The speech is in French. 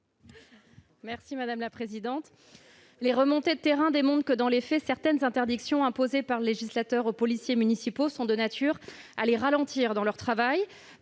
Borchio Fontimp. Les remontées de terrain démontrent que certaines interdictions imposées par le législateur aux policiers municipaux sont de nature à les ralentir dans leur travail.